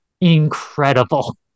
incredible